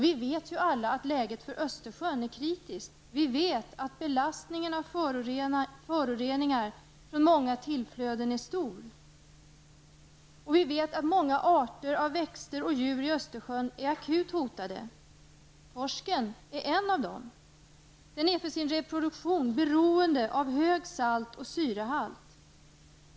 Vi vet alla att läget för Östersjön är kritiskt. Belastningen av föroreningar från många tillflöden är stor. Vi vet också att många arter av växter och djur i Östersjön är akut hotade. Torsken är en av dessa arter. Den är för sin reproduktion beroende av hög salt och syrehalt.